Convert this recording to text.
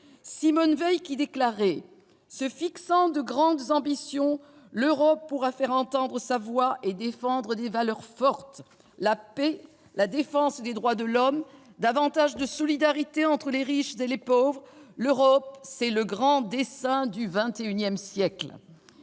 vrai ! Elle déclarait :« Se fixant de grandes ambitions, l'Europe pourra faire entendre sa voix et défendre des valeurs fortes : la paix, la défense des droits de l'homme, davantage de solidarité entre les riches et les pauvres. L'Europe, c'est le grand dessein du XXI siècle. »